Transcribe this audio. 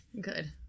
Good